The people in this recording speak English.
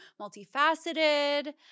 multifaceted